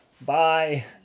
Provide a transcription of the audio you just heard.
bye